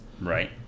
Right